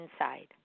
inside